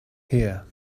here